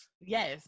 Yes